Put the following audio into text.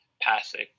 passing